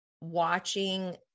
watching